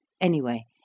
Anyway